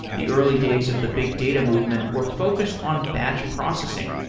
the early days of the big data movement were focused on batch processing.